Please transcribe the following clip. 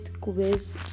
quiz